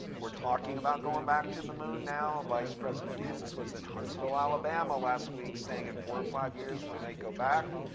we're talking about going back to the moon now. vice president pence was in huntsville, alabama last week saying, in four or five years, we might go back.